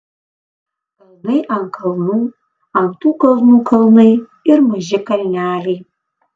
kalnai ant kalnų ant tų kalnų kalnai ir maži kalneliai